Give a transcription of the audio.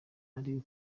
ari